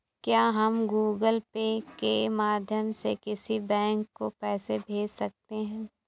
क्या हम Google Pay के माध्यम से किसी बैंक को पैसे भेज सकते हैं?